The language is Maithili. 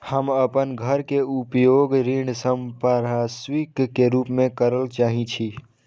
हम अपन घर के उपयोग ऋण संपार्श्विक के रूप में करल चाहि छी